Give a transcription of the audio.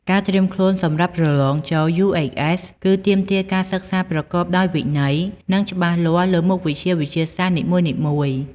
ការត្រៀមខ្លួនសម្រាប់ប្រទ្បងចូល UHS គឺទាមទារការសិក្សាប្រកបដោយវិន័យ និងច្បាស់លាស់លើមុខវិជ្ជាវិទ្យាសាស្ត្រនីមួយៗ។